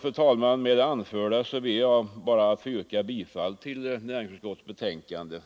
Fru talman! Med det anförda ber jag att få yrka bifall till utskottets hemställan.